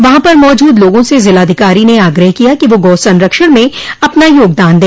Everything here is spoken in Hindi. वहां पर मौजूद लोगों से जिलाधिकारी ने आग्रह किया कि वह गौ संरक्षण में अपना योगदान दे